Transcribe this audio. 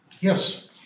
Yes